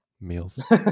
meals